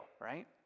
right